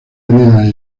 heridas